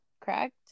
correct